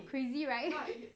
crazy right